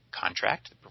contract